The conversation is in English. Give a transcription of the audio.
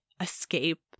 escape